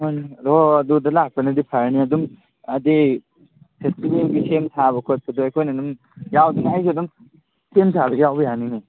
ꯃꯥꯅꯤ ꯑꯗꯣ ꯑꯗꯨꯗ ꯂꯥꯛꯄꯅꯗꯤ ꯐꯔꯅꯤ ꯑꯗꯨꯝ ꯍꯥꯏꯗꯤ ꯐꯦꯁꯇꯤꯕꯦꯜꯒꯤ ꯁꯦꯝ ꯁꯥꯕ ꯈꯣꯠꯄꯗꯣ ꯑꯩꯈꯣꯏꯅ ꯑꯗꯨꯝ ꯌꯥꯎꯗꯣꯏꯅꯦ ꯑꯩꯁꯨ ꯑꯗꯨꯝ ꯁꯦꯝ ꯁꯥꯕꯗꯣ ꯌꯥꯎꯕ ꯌꯥꯅꯤꯅꯦ